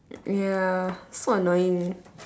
ya so annoying